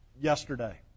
yesterday